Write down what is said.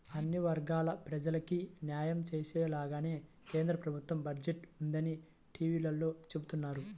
అన్ని వర్గాల ప్రజలకీ న్యాయం చేసేలాగానే కేంద్ర ప్రభుత్వ బడ్జెట్ ఉందని టీవీలో చెబుతున్నారు